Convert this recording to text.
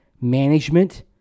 management